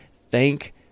thank